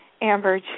Amber